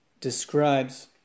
describes